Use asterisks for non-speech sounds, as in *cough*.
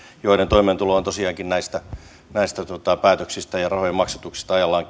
joiden toimeentulo on tosiaankin kiinni näistä päätöksistä ja rahojen maksatuksista ajallaan *unintelligible*